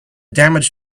damage